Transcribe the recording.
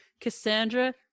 cassandra